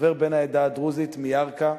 חבר בן העדה הדרוזית מירכא.